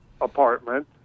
apartment